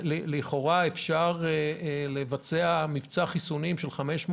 לכאורה אפשר לבצע מבצע חיסונים של 500